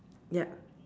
yup